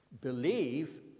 believe